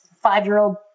Five-year-old